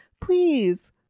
please